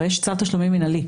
הרי יש צו תשלומים מנהלי.